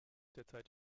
derzeit